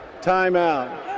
Timeout